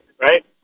right